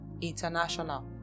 international